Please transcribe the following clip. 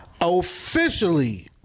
Officially